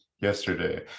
yesterday